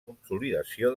consolidació